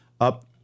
up